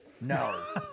No